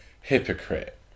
hypocrite